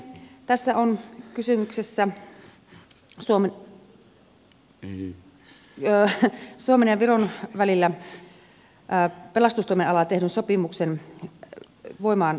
tässä on kysymyksessä suomen ja viron välillä pelastustoimen alalla tehdyn sopimuksen voimaansaattaminen